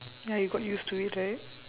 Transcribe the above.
ya you got used to it right